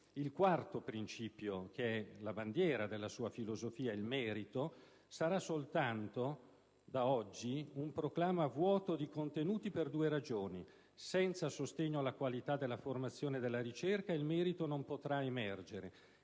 Il quarto principio, che è la bandiera della sua filosofia, da oggi sarà soltanto un proclama vuoto di contenuti, per due ragioni: senza sostegno alla qualità della formazione e della ricerca il merito non potrà emergere,